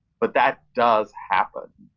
but that does happen.